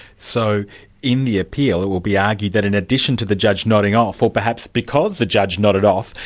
so in the appeal, it will be argued that in addition to the judge nodding off, or perhaps because the judge nodded off,